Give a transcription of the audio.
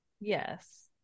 Yes